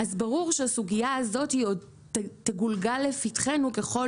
ברור שהסוגייה הזאת תגולגל לפתחנו ככל